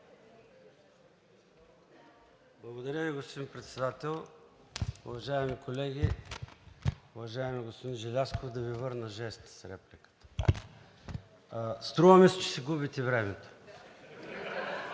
Благодаря Ви, господин Председател. Уважаеми колеги! Уважаеми господин Желязков, да Ви върна жеста с репликата. Струва ми се, че си губите времето.